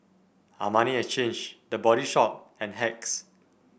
Armani Exchange The Body Shop and Hacks